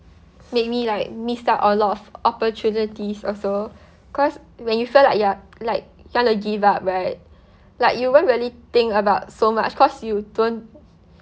made me like missed out a lot of opportunities also cause when you feel like you're like wanna give up right like you won't really think about so much cause you don't